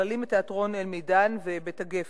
נכללים תיאטרון "אל-מידאן" ו"בית הגפן".